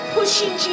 Pushing